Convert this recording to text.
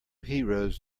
heroes